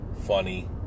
funny